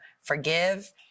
forgive